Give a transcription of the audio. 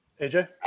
AJ